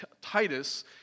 Titus